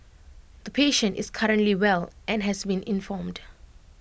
the patient is currently well and has been informed